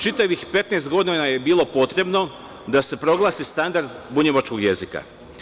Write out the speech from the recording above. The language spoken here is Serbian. Čitavih 15 godina je bilo potrebno da se proglasi standard bunjevačkog jezika.